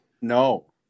No